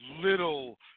little